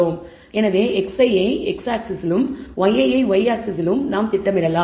எனவே xi ஐ x axis யிலும் yi ஐ y ஆக்ஸிஸ் யிலும் நாம் திட்டமிடலாம்